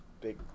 big